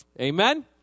Amen